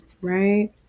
right